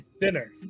Dinner